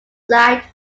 side